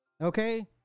Okay